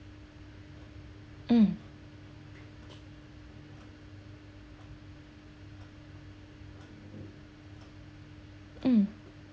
um um